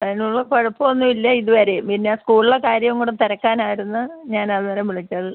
അതിനുള്ള കുഴപ്പമൊന്നുമില്ല ഇത് വരേയും പിന്നെ സ്കൂളിലെ കാര്യം കൂടെ തിരക്കാനായിരുന്നു ഞാൻ അന്നേരം വിളിച്ചത്